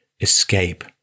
escape